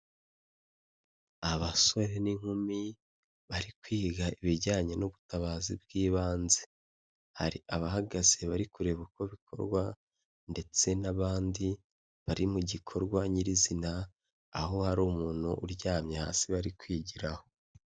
Abasore n'inkumi bari kwiga ibijyanye n'ubutabazi bw'ibanze, hari abahagaze bari kureba uko bikorwa ndetse n'abandi bari mu gikorwa nyirizina, aho hari umuntu uryamye hasi bari kwigiraho.